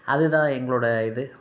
அது தான் எங்களோட இது